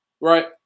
right